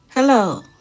Hello